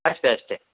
ಅಷ್ಟೆ ಅಷ್ಟೆ